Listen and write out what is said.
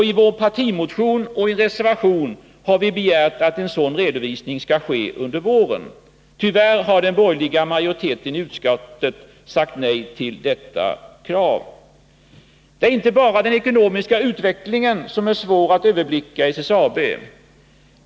I vår partimotion och i reservation nr 8 har vi begärt att en sådan redovisning skall ske under våren. Tyvärr har den borgerliga majoriteten i utskottet sagt nej till detta krav. Det är inte bara den ekonomiska utvecklingen som är svår att överblicka i SSAB.